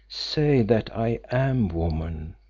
say that i am woman,